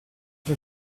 del